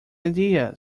idea